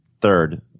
third